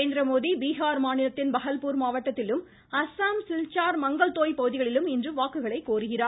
நரேந்திரமோதி பீகார் மாநிலத்தின் பஹல்பூர் மாவட்டத்திலும் அஸ்ஸாம் சில்சார் மங்கல்தோய் பகுதிகளிலும் இன்று வாக்குகோருகிறார்